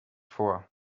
vor